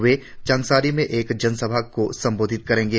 वे चांगसारी में एक जनसभा को संबोधित करेंगे